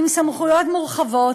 עם סמכויות מורחבות,